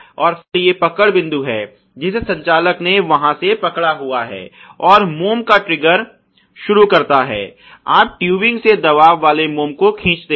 और फिर बंदूक के लिए एक पकड़ बिंदु है जिसे संचालक ने वहाँ से पकड़ा हुआ है और मोम का ट्रिगर शुरू करता है आप ट्यूबिंग से दबाव वाले मोम को खींचते हैं